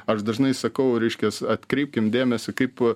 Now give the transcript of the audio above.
aš dažnai sakau reiškias atkreipkim dėmesį kaip